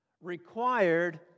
required